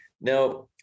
Now